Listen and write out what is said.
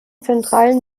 zentralen